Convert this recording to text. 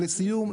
לסיום,